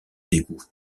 dégoût